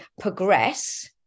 progress